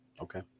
okay